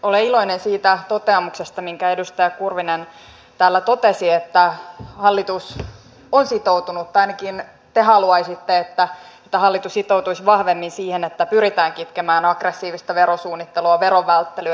olen iloinen siitä toteamuksesta minkä edustaja kurvinen täällä totesi että hallitus on sitoutunut tai ainakin te haluaisitte että hallitus sitoutuisi vahvemmin siihen että pyritään kitkemään aggressiivista verosuunnittelua verovälttelyä